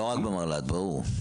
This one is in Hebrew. לא רק במל"ג, ברור.